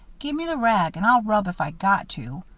gimme the rag and i'll rub if i got to.